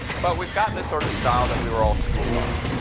but we've got this sort of style that we were all schooled on.